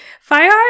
Fire